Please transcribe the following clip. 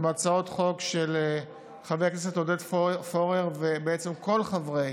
הן הצעות חוק של חבר הכנסת עודד פורר ובעצם כל חברי